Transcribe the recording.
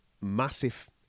Massive